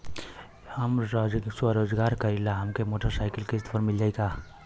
हम स्वरोजगार करीला हमके मोटर साईकिल किस्त पर मिल जाई का?